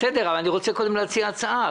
אני רוצה קודם להציע הצעה.